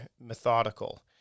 methodical